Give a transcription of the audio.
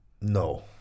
No